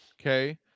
Okay